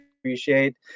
appreciate